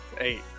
Eight